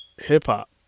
hip-hop